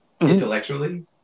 intellectually